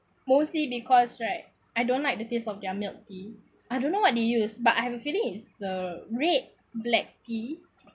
mostly because right I don't like the taste of their milk tea I don't know what they use but I have a feeling is the red black tea